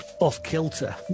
off-kilter